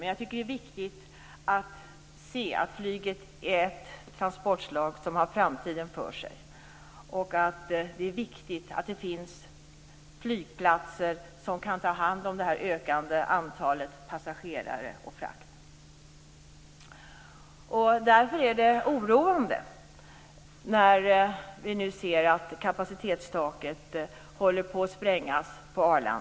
Men det är viktigt att se att flyget är ett transportslag som har framtiden för sig. Det måste finnas flygplatser som kan ta hand om det ökande antalet passagerare och den ökande frakten. Därför är det oroande när vi nu ser att kapacitetstaket på Arlanda håller på att sprängas.